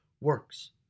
works